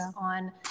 on